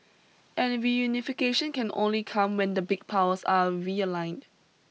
and reunification can only come when the big powers are realigned